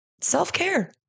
self-care